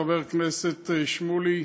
חבר הכנסת שמולי,